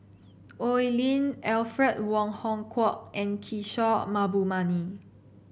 Oi Lin Alfred Wong Hong Kwok and Kishore Mahbubani